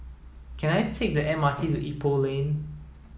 can I take the M R T to Ipoh Lane